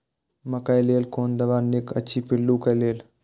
मकैय लेल कोन दवा निक अछि पिल्लू क लेल?